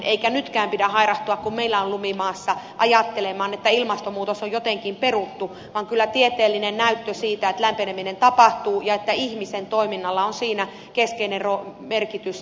eikä nytkään pidä hairahtua kun meillä on lumi maassa ajattelemaan että ilmastonmuutos on jotenkin peruttu vaan kyllä tieteellinen näyttö siitä että lämpeneminen tapahtuu ja että ihmisen toiminnalla on siinä keskeinen merkitys on edelleen vahva